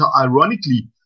Ironically